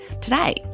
today